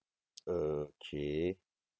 okay